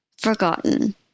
forgotten